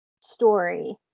story